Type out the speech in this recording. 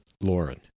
Lauren